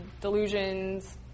delusions